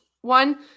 one